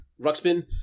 Ruxpin